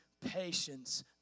patience